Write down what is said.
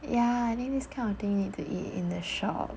ya and then this kind of thing you need to eat in the shop